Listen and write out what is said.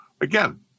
again